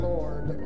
Lord